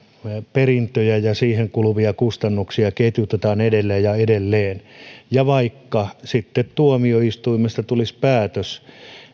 perintöjä ja niihin kuluvia kustannuksia ketjutetaan edelleen ja edelleen ja vaikka sitten tuomioistuimesta tulisi päätös